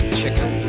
chicken